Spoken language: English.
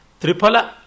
Tripala